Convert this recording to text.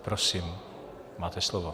Prosím, máte slovo.